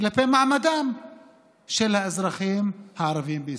כלפי מעמדם של האזרחים הערבים בישראל,